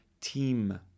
team